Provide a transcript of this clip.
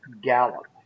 gallop